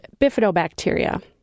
bifidobacteria